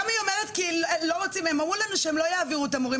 הם אמרו לנו שהם לא יעבירו את המורים